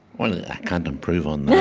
well, i can't improve on yeah